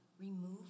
remove